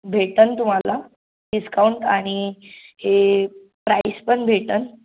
भेटन तुम्हाला डिस्काउंट आणि हे प्राईस पण भेटन